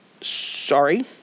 Sorry